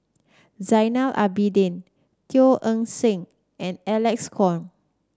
Zainal Abidin Teo Eng Seng and Alec Kuok